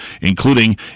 including